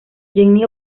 jenny